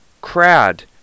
crowd